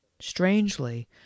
Strangely